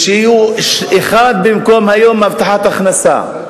ויהיה אחד במקום, היום, הבטחת הכנסה.